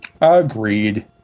Agreed